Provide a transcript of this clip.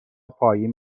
پایین